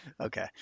Okay